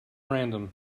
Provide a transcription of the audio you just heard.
random